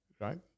right